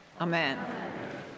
Amen